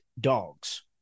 dogs